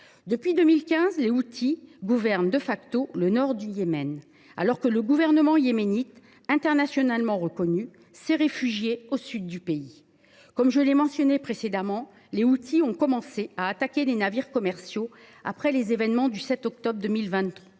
Depuis 2015, les Houthis dirigent le nord du Yémen, alors que le gouvernement yéménite, internationalement reconnu, s’est réfugié au sud du pays. Comme je l’ai mentionné précédemment, les rebelles ont commencé à attaquer des navires commerciaux après les événements du 7 octobre 2023,